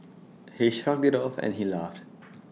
he shrugged IT off and he laughed